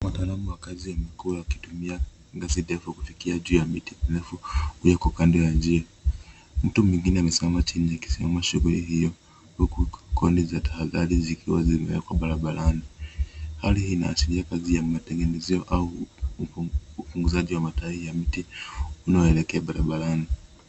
Mtaalamu wa kazi ya mkuu akitumia ngazi ndefu kufikia juu ya miti mirefu iliyo kwa kando ya njia, mtu mwingine amesimama chini akisimamia shughuli hiyo huku kondisa tahadhari zikiwa zimewekwa barabarani hali hii inaashiria kazi ya matengenezio au ufunguzi wa matawi ya miti unayoelekea barabarani.